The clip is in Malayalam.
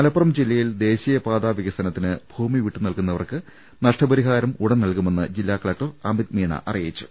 മലപ്പുറം ജില്ലയിൽ ദേശീയപാതാവികസനത്തിന് ഭൂമി വിട്ടുനൽകു ന്നവർക്ക് നഷ്ടപരിഹാരം ഉടൻ നൽകുമെന്ന് ജില്ലാ കലക്ടർ അമിത് മീണ അറിയിച്ചു